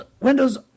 Windows